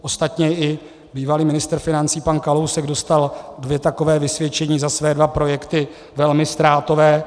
Ostatně i bývalý ministr financí pan Kalousek dostal dvě taková vysvědčení za své dva projekty, velmi ztrátové.